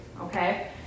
okay